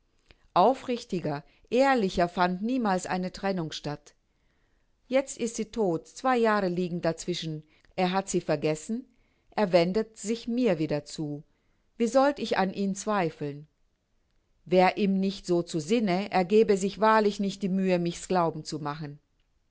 aufrichtiger ehrlicher fand niemals eine trennung statt jetzt ist sie todt zwei jahre liegen dazwischen er hat sie vergessen er wendet sich mir wieder zu wie sollt ich an ihm zweifeln wär ihm nicht so zu sinne er gäbe sich wahrlich nicht die mühe mich's glauben zu machen